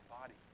bodies